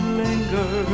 linger